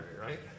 right